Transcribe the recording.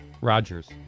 Rodgers